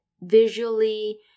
visually